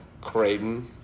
Creighton